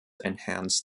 enhanced